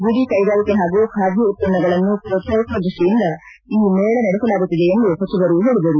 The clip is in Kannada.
ಗುಡಿ ಕೈಗಾರಿಕೆ ಪಾಗೂ ಖಾದಿ ಉತ್ತನ್ನಗಳನ್ನು ಪೋತ್ಸಾಹಿಸುವ ದೃಷ್ಟಿಯಿಂದ ಈ ಮೇಳ ನಡೆಸಲಾಗುತ್ತಿದೆ ಎಂದು ಸಚಿವರು ಹೇಳಿದರು